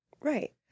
Right